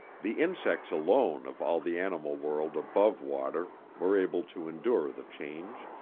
the insects alone of all the animal world above water, were able to endure the change.